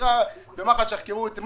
ומח"ש יחקרו את מח"ש,